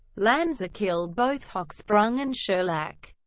lanza killed both hochsprung and sherlach.